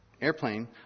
airplane